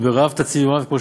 וברעב תציל ממוות,